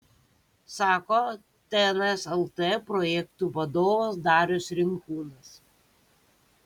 sako tns lt projektų vadovas darius rinkūnas